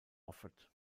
offered